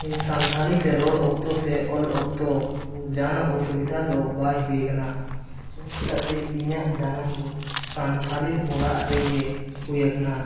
ᱤᱧ ᱥᱟᱱᱛᱟᱲᱤ ᱛᱮ ᱨᱚᱲ ᱚᱠᱛᱚ ᱥᱮ ᱚᱞ ᱚᱠᱛᱚ ᱡᱟᱦᱟᱱᱟᱜ ᱚᱥᱩᱵᱤᱫᱷᱟ ᱫᱚ ᱵᱟᱭ ᱦᱩᱭ ᱠᱟᱱᱟ ᱪᱮᱫᱟᱜ ᱥᱮ ᱤᱧᱟᱹᱜ ᱡᱟᱱᱟᱢ ᱫᱚ ᱥᱟᱱᱛᱟᱲ ᱚᱲᱟᱜ ᱨᱮᱜᱮ ᱦᱩᱭ ᱠᱟᱱᱟ